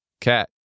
Cat